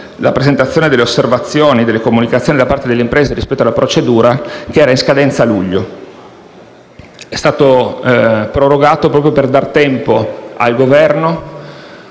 la presentazione delle osservazioni e delle comunicazioni da parte delle imprese rispetto alla procedura che era in scadenza a luglio. Tale termine è stato prorogato proprio per dar tempo al Governo